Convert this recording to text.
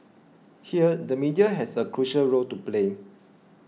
here the media has a crucial role to play